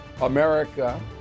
America